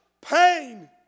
pain